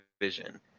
vision